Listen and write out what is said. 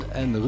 en